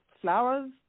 flowers